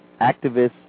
activists